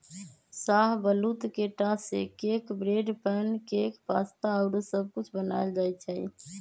शाहबलूत के टा से cake, bread, pancake, pasta आउरो सब कुछ बनायल जाइ छइ